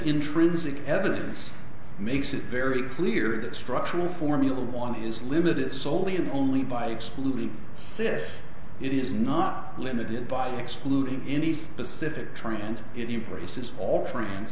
intrinsic evidence makes it very clear that structural formula one is limited solian only by excluding sis it is not limited by excluding any specific trends if you braces all friends